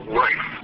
life